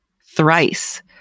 thrice